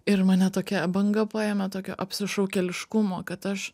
ir mane tokia banga paėmė tokio apsišaukėliškumo kad aš